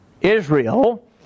Israel